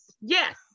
yes